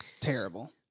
terrible